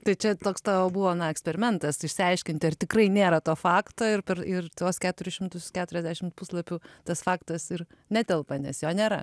tai čia toks tavo buvo na eksperimentas išsiaiškinti ar tikrai nėra to fakto ir per ir tuos keturis šimtus keturiasdešimt puslapių tas faktas ir netelpa nes jo nėra